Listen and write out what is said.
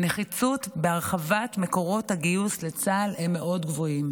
הנחיצות בהרחבת מקורות הגיוס לצה"ל היא גבוהה מאוד.